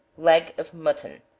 leg of mutton.